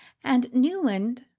and newland,